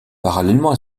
parallèlement